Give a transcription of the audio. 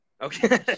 Okay